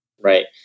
Right